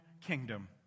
kingdom